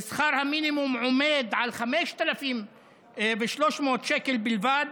ושכר המינימום עומד על 5,300 שקל בלבד,